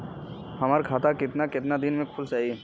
हमर खाता कितना केतना दिन में खुल जाई?